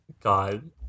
God